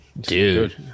Dude